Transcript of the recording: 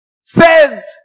Says